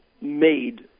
made